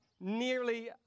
nearly